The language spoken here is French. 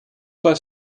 pas